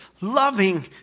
loving